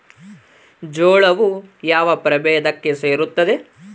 ಜೋಳವು ಯಾವ ಪ್ರಭೇದಕ್ಕೆ ಸೇರುತ್ತದೆ?